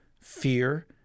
fear